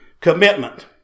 commitment